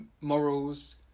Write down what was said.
morals